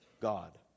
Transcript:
God